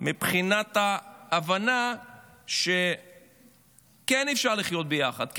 מבחינת ההבנה שכן אפשר לחיות ביחד,